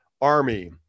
army